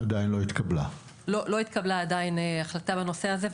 לא התקבלה עדיין בנושא הזה,